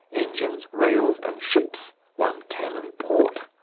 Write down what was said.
engines, rails, and ships one can import.